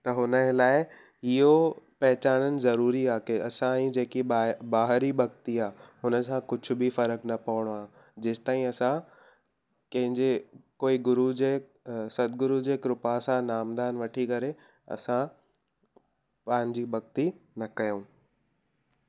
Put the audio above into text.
त हुन जे लाइ इहो पहचानणु ज़रूरी आहे की असांजी जेकी बा ॿाहिरीं भक्ति आहे हुन सां कुझु बि फ़र्क़ु न पवणो आहे जेसिताईं असां कंहिंजे कोई गुरू जे सतगुरु जे कृपा सां नामदान वठी करे असां पंहिंजी भक्ति न कयूं